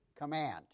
command